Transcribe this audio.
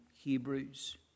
Hebrews